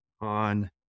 on